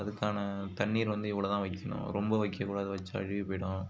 அதுக்கான தண்ணீர் வந்து இவ்வளோ தான் வைக்கணும் ரொம்ப வைக்கக் கூடாது வைச்சா அழுகி போய்விடும்